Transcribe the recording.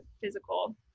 physical